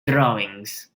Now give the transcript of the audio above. drawings